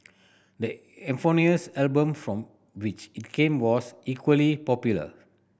the eponymous album from which it came was equally popular